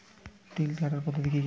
তিল কাটার পদ্ধতি কি কি?